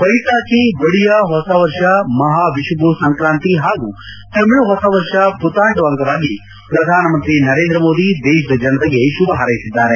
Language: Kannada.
ಬ್ಲೆಸಾಕಿ ಒಡಿಯಾ ಹೊಸ ವರ್ಷ ಮಹಾ ವಿಶುಬು ಸಂಕ್ರಾಂತಿ ಹಾಗೂ ತಮಿಳು ಹೊಸ ವರ್ಷ ಮತಾಂಡು ಅಂಗವಾಗಿ ಪ್ರಧಾನಮಂತ್ರಿ ನರೇಂದ್ರ ಮೋದಿ ದೇಶದ ಜನತೆಗೆ ಶುಭ ಹಾರ್ನೆಸಿದ್ದಾರೆ